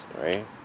right